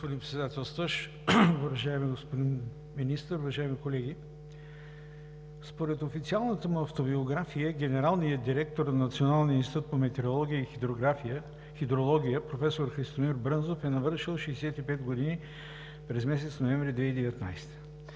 Уважаеми господин Председател, уважаеми господин Министър, уважаеми колеги! Според официалната му автобиография генералният директор на Националния институт по метеорология и хидрология професор Христомир Брънзов е навършил 65 години през месец ноември 2019